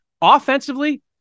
offensively